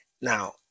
Now